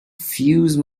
fuze